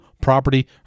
property